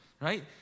right